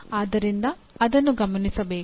ಆದ್ದರಿಂದ ಅದನ್ನು ಗಮನಿಸಬೇಕು